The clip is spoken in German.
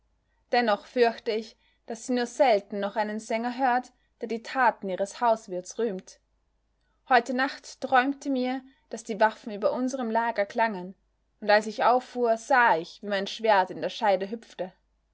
dennoch fürchte ich daß sie nur selten noch einen sänger hört der die taten ihres hauswirts rühmt heute nacht träumte mir daß die waffen über unserem lager klangen und als ich auffuhr sah ich wie mein schwert in der scheide hüpfte